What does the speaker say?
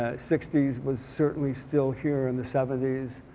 ah sixty s, was certainly still here in the seventy s.